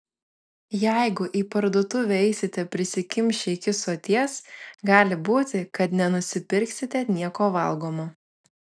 jeigu į parduotuvę eisite prisikimšę iki soties gali būti kad nenusipirksite nieko valgomo